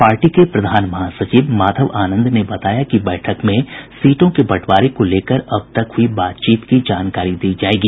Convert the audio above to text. party के प्रधान महासचिव माधव आनंद ने बताया कि बैठक में सीटों के बंटवारे को लेकर अब तक हुई बातचीत की जानकारी दी जायेगी